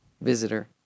visitor